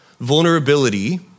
Vulnerability